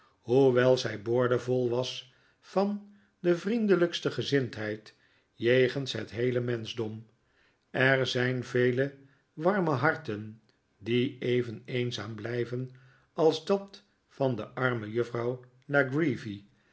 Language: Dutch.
hoewel zij boordevol was van de vriendelijkste gezindheid jegens het heele menschdom er zijn vele warme harten die even eenzaam blijven als dat van de arme juffrouw la creevy